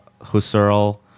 Husserl